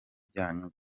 byanyu